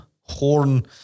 Horn